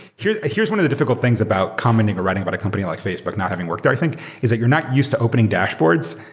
here's here's one of the difficult things about commenting or writing about a company like facebook not having worked. i think is that you're not used to opening dashboards.